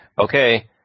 okay